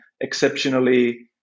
exceptionally